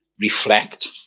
reflect